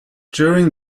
during